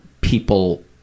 people